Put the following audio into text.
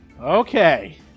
Okay